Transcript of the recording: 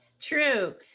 True